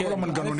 בכל המנגנונים.